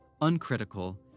uncritical